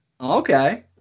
Okay